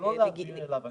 לא להעביר אליו.